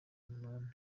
munani